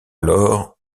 alors